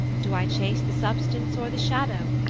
do i chase the substance or the shadow?